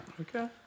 Okay